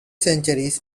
centuries